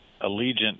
Allegiant